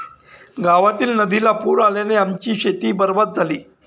गावातील नदीला पूर आल्याने आमची शेती बरबाद झाली